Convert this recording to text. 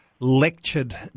lectured